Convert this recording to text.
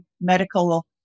medical